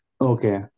Okay